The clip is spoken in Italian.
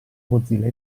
mozilla